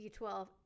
B12